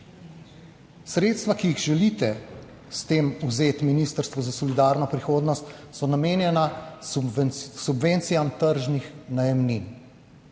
Sredstva, ki jih želite s tem vzeti Ministrstvu za solidarno prihodnost, so namenjena subvencijam tržnih najemnin